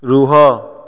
ରୁହ